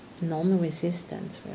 non-resistance